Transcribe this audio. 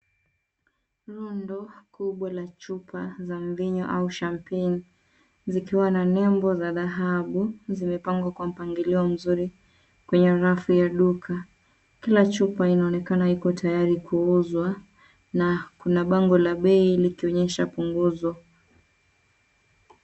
Rundo kubwa la chuma za mvinyo au champagne zikiwa na nembo za dhahabu, zimepangwa kwa mpangilio mzuri kwenye rafu ya duka. Kila chupa inaonekana iko tayari kuuzwa, na kuna bango la bei likionyesha punguzo.